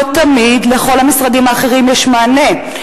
לא תמיד לכל המשרדים האחרים יש מענה,